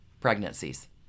pregnancies